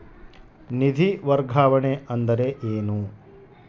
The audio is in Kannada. ನಿಧಿ ವರ್ಗಾವಣೆ ಅಂದರೆ ಏನು?